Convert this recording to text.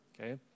Okay